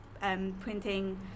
printing